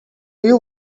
you